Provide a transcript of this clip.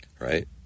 right